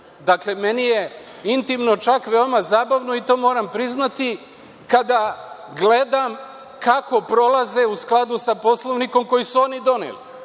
Meni je intimno, čak veoma zabavno i to moram priznati kada gledam kako prolaze u skladu sa Poslovnikom koji su oni doneli,